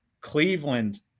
Cleveland